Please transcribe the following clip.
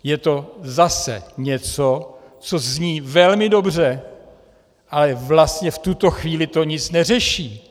Je to zase něco, co zní velmi dobře, ale vlastně v tuto chvíli to nic neřeší.